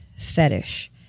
fetish